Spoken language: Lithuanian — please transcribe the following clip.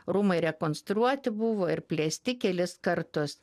rūmai rekonstruoti buvo ir plėsti kelis kartus